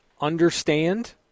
understand